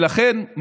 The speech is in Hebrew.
ולכן,